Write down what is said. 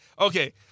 okay